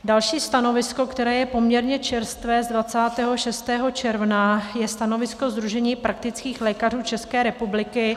Další stanovisko, které je poměrně čerstvé, z 26. června, je stanovisko Sdružení praktických lékařů České republiky.